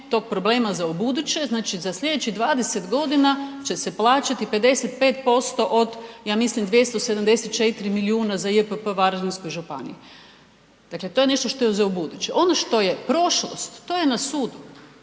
tog problema za ubuduće, znači za sljedećih 20 godina će se plaćati 55% od ja mislim 274 milijuna za JPP Varaždinskoj županiji. Dakle to je nešto što je za ubuduće. Ono što je prošlost, to je na sudu,